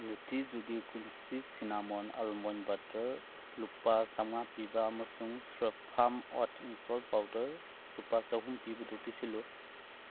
ꯅꯨꯠꯇꯤ ꯖꯨꯒꯤ ꯀ꯭ꯔꯨꯟꯁꯤ ꯁꯤꯅꯥꯃꯣꯟ ꯑꯜꯃꯣꯟ ꯕꯠꯇꯔ ꯂꯨꯄꯥ ꯆꯥꯝꯃꯉꯥ ꯄꯤꯕ ꯑꯃꯁꯨꯡ ꯐꯥꯝ ꯑꯣꯠꯁ ꯏꯟꯁꯇꯣꯜ ꯄꯥꯎꯗꯔ ꯂꯨꯄꯥ ꯆꯥꯍꯨꯝ ꯄꯤꯕꯗꯨ ꯄꯤꯁꯤꯜꯂꯨ